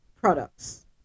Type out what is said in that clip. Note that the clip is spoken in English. products